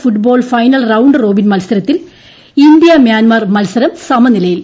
football final round robin മത്സരത്തിൽ India Myanmar മത്സരം സമനിലയിൽ